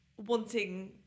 Wanting